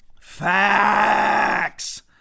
Facts